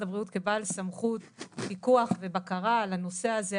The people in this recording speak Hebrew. הבריאות כבעל סמכות פיקוח ובקרה על הנושא הזה,